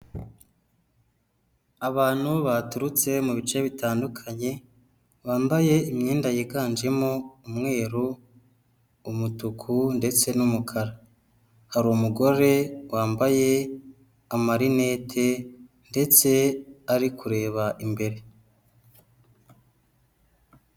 Abantu baturutse mu bice bitandukanye, bambaye imyenda yiganjemo umweru, umutuku ndetse n'umukara, hari umugore wambaye amarinete ndetse ari kureba imbere.